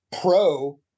pro